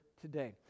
today